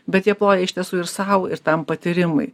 bet jie ploja iš tiesų ir sau ir tam patyrimui